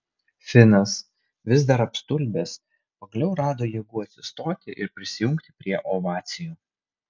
finas vis dar apstulbęs pagaliau rado jėgų atsistoti ir prisijungti prie ovacijų